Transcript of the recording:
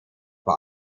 vor